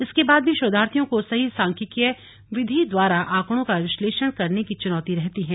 इसके बाद भी शोधार्थियों को सही सांख्यकीय विधि द्वारा आंकड़ो का विश्लेषण करने की चुनौती रहती है